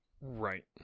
Right